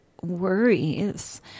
worries